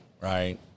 right